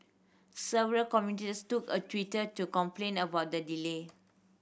several commuters took a Twitter to complain about the delay